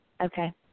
Okay